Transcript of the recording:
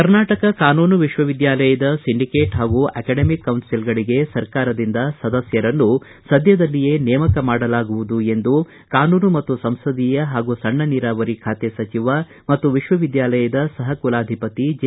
ಕರ್ನಾಟಕ ಕಾನೂನು ವಿಶ್ವವಿದ್ಯಾಲಯದ ಸಿಂಡಿಕೇಟ್ ಹಾಗೂ ಅಕಾಡೆಮಿಕ್ ಕೌನ್ಲಿಲ್ಗಳಿಗೆ ಸರ್ಕಾರದಿಂದ ಸದಸ್ಕರನ್ನು ಸದ್ಭದಲ್ಲಿಯೇ ನೇಮಕ ಮಾಡಲಾಗುವುದು ಎಂದು ಕಾನೂನು ಮತ್ತು ಸಂಸದೀಯ ಹಾಗೂ ಸಣ್ಣ ನೀರಾವರಿ ಸಚಿವ ಮತ್ತು ವಿಶ್ವವಿದ್ಯಾಲಯದ ಸಹಕುಲಾಧಿಪತಿ ಜೆ